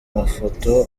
mafoto